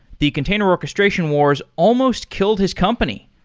the container orchestration wars almost killed his company.